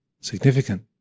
significant